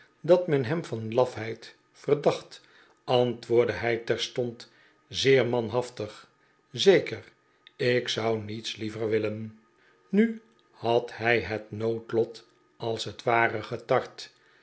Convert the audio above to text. dat men hem van lafheid verdacht antwoordde hij terstond zeer manhaftig zeker ik zou niets liever willen nu had hij het noodlot als het ware getart